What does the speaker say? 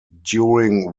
during